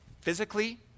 physically